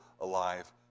alive